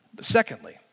Secondly